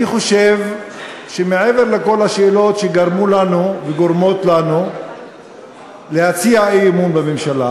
אני חושב שמעבר לכל השאלות שגרמו לנו וגורמות לנו להציע אי-אמון בממשלה,